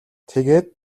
тэгээд